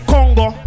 Congo